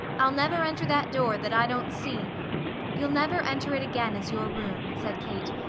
i'll never enter that door that i don't see you'll never enter it again as your room, said kate.